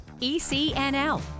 ECNL